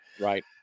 Right